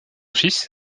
fils